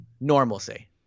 Normalcy